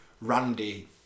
Randy